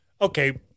Okay